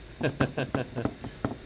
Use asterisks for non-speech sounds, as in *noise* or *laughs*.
*laughs*